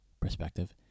perspective